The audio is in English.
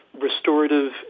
restorative